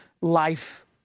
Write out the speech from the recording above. life